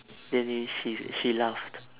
then he she she laughed